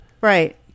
Right